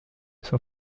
son